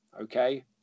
Okay